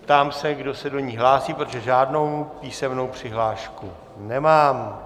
Ptám se, kdo se do ní hlásí, protože žádnou písemnou přihlášku nemám.